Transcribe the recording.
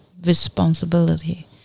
responsibility